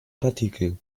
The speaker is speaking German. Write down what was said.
partikel